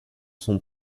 sont